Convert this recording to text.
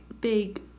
big